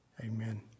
Amen